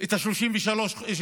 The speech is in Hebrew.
את 36 החודשים.